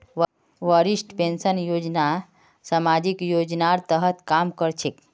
वरिष्ठ पेंशन बीमा योजना सामाजिक योजनार तहत काम कर छेक